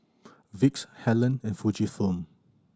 Vicks Helen and Fujifilm